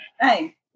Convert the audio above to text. Hey